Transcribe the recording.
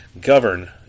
govern